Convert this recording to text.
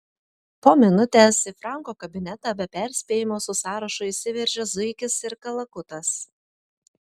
po minutės į franko kabinetą be perspėjimo su sąrašu įsiveržė zuikis ir kalakutas